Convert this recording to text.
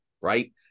right